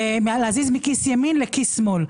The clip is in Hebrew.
זה להזיז מכיס ימין לכיס שמאל.